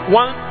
one